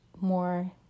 more